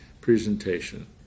presentation